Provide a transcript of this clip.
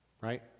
right